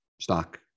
stock